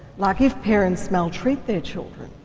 like if parents maltreat their children,